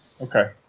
Okay